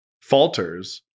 falters